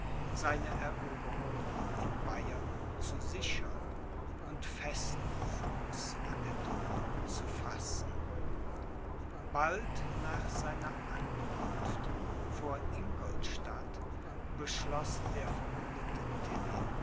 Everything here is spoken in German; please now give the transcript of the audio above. seine eroberungen in bayern zu sichern und festen fuß an der donau zu fassen bald nach seiner ankunft vor ingolstadt beschloß der verwundete